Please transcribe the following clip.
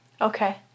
Okay